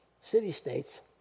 city-states